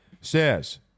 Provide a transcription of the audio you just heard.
says